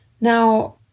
Now